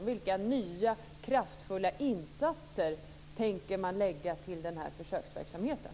Vilka nya, kraftfulla insatser tänker man göra för den?